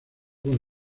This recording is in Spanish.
con